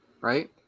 right